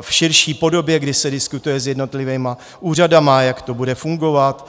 v širší podobě, kdy se diskutuje s jednotlivými úřady, jak to bude fungovat.